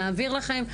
נעביר לכם,